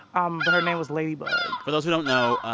um but her name was ladybug for those who don't know,